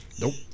Nope